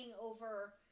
over